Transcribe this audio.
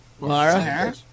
Laura